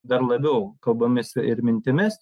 dar labiau kalbomis ir mintimis